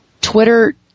Twitter